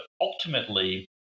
ultimately